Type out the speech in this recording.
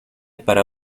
para